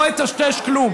לא אטשטש כלום,